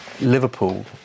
Liverpool